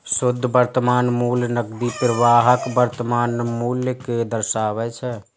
शुद्ध वर्तमान मूल्य नकदी प्रवाहक वर्तमान मूल्य कें दर्शाबै छै